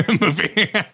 movie